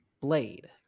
Blade